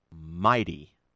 mighty